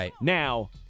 now